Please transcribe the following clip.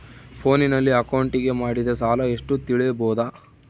ಫೋನಿನಲ್ಲಿ ಅಕೌಂಟಿಗೆ ಮಾಡಿದ ಸಾಲ ಎಷ್ಟು ತಿಳೇಬೋದ?